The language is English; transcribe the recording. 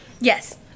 Yes